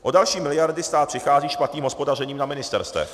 O další miliardy stát přichází špatným hospodařením na ministerstvech.